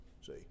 See